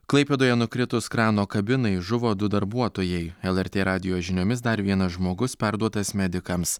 klaipėdoje nukritus krano kabinai žuvo du darbuotojai lrt radijo žiniomis dar vienas žmogus perduotas medikams